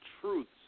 truths